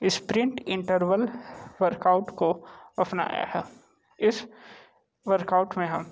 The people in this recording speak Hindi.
इस्प्रिन्ट इंटरवल वर्काउट को अपनाया है इस वर्काउट में हम